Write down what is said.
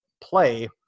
play